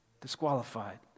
disqualified